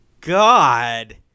god